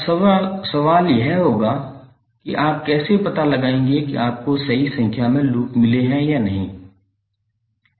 अब सवाल यह होगा कि आप कैसे पता लगाएंगे कि आपको सही संख्या में लूप मिले हैं या नहीं